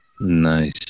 nice